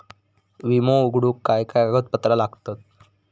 विमो उघडूक काय काय कागदपत्र लागतत?